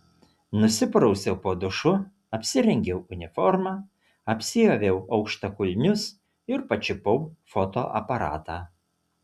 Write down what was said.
nusiprausiau po dušu apsirengiau uniformą apsiaviau aukštakulnius ir pačiupau fotoaparatą